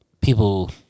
people